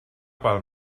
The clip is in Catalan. pel